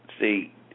see